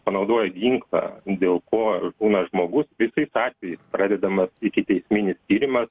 panaudoja ginklą dėl ko žūna žmogus visais atvejais pradedamas ikiteisminis tyrimas